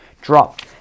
drop